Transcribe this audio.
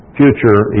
future